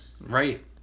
Right